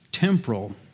Temporal